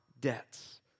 debts